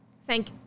thank